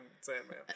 Sandman